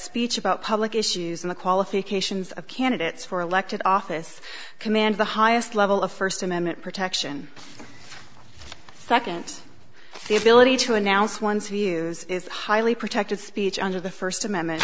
speech about public issues and the qualifications of candidates for elected office command the highest level of first amendment protection second the ability to announce one's views highly protected speech under the first amendment